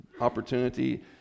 opportunity